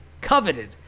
Coveted